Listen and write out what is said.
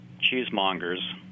cheesemongers